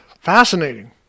fascinating